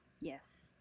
yes